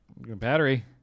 battery